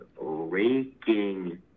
raking